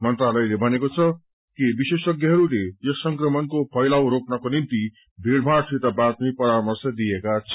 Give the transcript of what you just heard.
मंत्रालयले भनेको छ कि विशेषज्ञहरूले यस संनकणको फैलाव रोक्नको निम्ति भीड़मड़सित बाँच्ने परार्मश दिएको छ